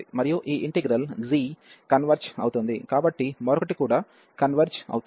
మరియు ఈ integral g converge అవుతుంది కాబట్టి మరొకటి కూడా కన్వెర్జ్ అవుతుంది